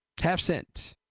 Half-cent